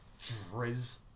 drizz